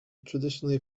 traditionally